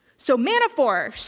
so manafort,